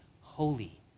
holy